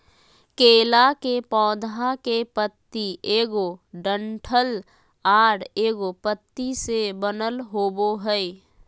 केला के पौधा के पत्ति एगो डंठल आर एगो पत्ति से बनल होबो हइ